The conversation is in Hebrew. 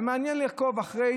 מעניין לעקוב אחרי